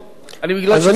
אני ראיתי, אז מה הפתרון?